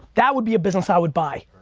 that would be a business i would buy.